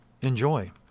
Enjoy